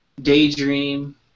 Daydream